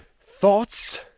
thoughts